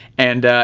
and